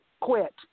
Quit